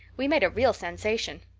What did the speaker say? we made a real sensation.